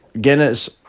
Guinness